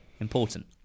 Important